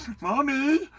Mommy